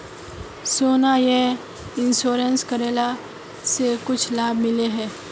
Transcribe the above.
सोना यह इंश्योरेंस करेला से कुछ लाभ मिले है?